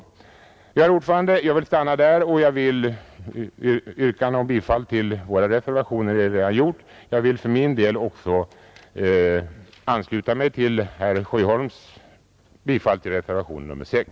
Herr talman! Jag vill stanna där. Yrkande om bifall till våra reservationer har redan framställts, och jag vi'l för min del också ansluta mig till herr Sjöholms yrkande om bifall till reservationen 6.